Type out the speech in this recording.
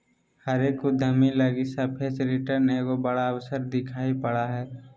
हरेक उद्यमी लगी सापेक्ष रिटर्न एगो बड़ा अवसर दिखाई पड़ा हइ